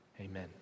Amen